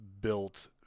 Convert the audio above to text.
built